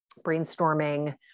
brainstorming